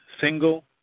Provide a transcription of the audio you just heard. single